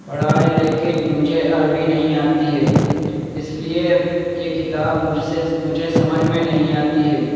پڑھا ہے لیکن مجھے عربی نہیں آتی ہے اس لیے یہ کتاب مجھ سے مجھے سمجھ میں نہیں آتی ہے